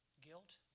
Guilt